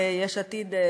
ויש עתיד,